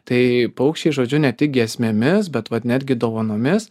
tai paukščiai žodžiu ne tik giesmėmis bet vat netgi dovanomis